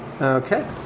Okay